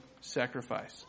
sacrifice